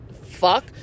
fuck